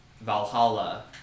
Valhalla